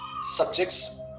subjects